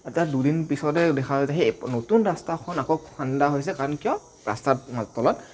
তাৰ দুদিন পিছতে দেখা য়ায় যে সেই নতুন ৰাস্তাখন আকৌ খান্দা হৈছে কাৰণ কিয় ৰাস্তাৰ তলত